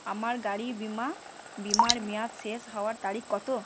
আমার গাড়ি বিমা বিমার মেয়াদ শেষ হওয়ার তারিখ কত